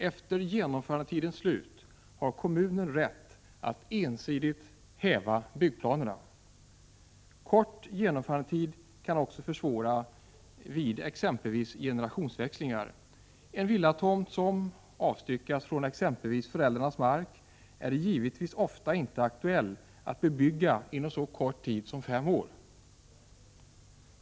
Efter genomförandetidens slut har kommunen rätt att ensidigt häva byggplanerna. Kort genomförandetid kan också försvåra vid exempelvis generationsväxling. En villatomt som avstyckats från föräldrarnas mark är det givetvis ofta inte aktuellt att bebygga inom en så kort tid som fem år.